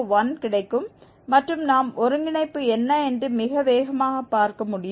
201 கிடைக்கும் மற்றும் நாம் ஒருங்கிணைப்பு என்ன என்று மிக வேகமாக பார்க்க முடியும்